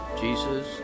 Jesus